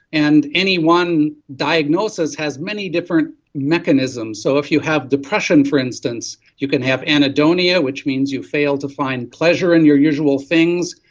and any one diagnosis has many different mechanisms. so if you have depression, for instance, you can have anhedonia, which means you fail to find pleasure in your usual things,